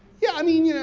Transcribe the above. yeah i mean, yeah